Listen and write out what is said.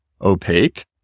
opaque